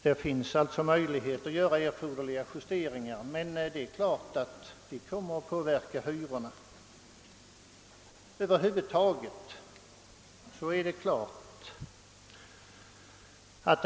Det finns alltså möjligheter att göra er forderliga justeringar, men naturligtvis kommer hyrorna att påverkas.